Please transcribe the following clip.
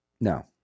no